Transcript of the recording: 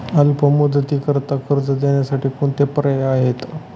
अल्प मुदतीकरीता कर्ज देण्यासाठी कोणते पर्याय आहेत?